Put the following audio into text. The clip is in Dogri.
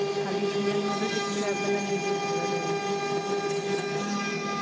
खाली इयां मतलब दिक्खियै बंदा नेईं देई सकदा दवाई